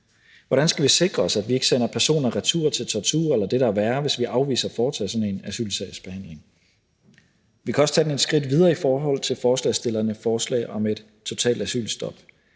Hvordan skal vi sikre os, at vi ikke sender personer retur til tortur eller det, der er værre, hvis vi afviser at foretage sådan en asylsagsbehandling? Vi kan også tage det et skridt videre i forhold til forslagsstillernes forslag om et totalt asylstop: